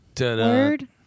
Word